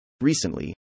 Recently